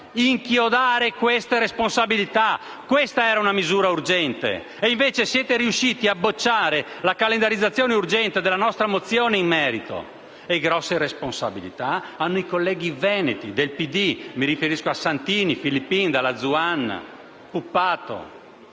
Inchiodare le responsabilità: questa era una misura urgente. Invece siete riusciti a bocciare la calendarizzazione urgente della nostra mozione in merito. E grosse responsabilità hanno anche i colleghi veneti del PD: mi riferisco ai senatori Santini, Filippin, Dalla Zuanna e Puppato.